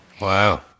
Wow